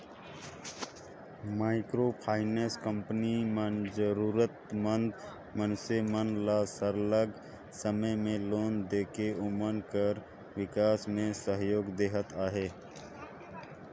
micro finance company मन जरूरत मंद मइनसे मन ल सरलग समे में लोन देके ओमन कर बिकास में सहयोग देहत अहे